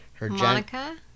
Monica